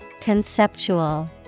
Conceptual